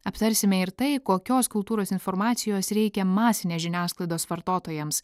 aptarsime ir tai kokios kultūros informacijos reikia masinės žiniasklaidos vartotojams